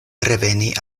reveni